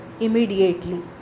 immediately